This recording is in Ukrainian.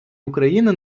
україни